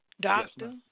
Doctor